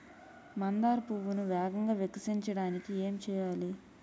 మందార పువ్వును వేగంగా వికసించడానికి ఏం చేయాలి?